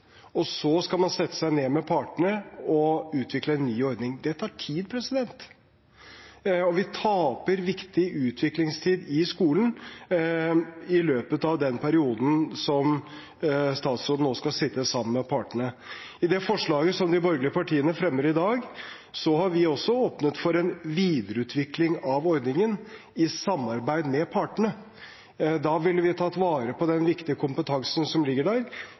og så skal man sette seg ned med partene og utvikle en ny ordning. Det tar tid. Vi taper viktig utviklingstid i skolen i løpet av den perioden som statsråden nå skal sitte sammen med partene. I det forslaget som de borgerlige partiene fremmer i dag, har vi også åpnet for en videreutvikling av ordningen i samarbeid med partene. Da ville vi tatt vare på den viktige kompetansen som ligger der,